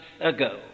ago